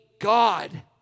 God